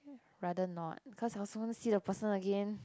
rather not cause I also won't see the person again